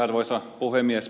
arvoisa puhemies